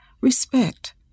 respect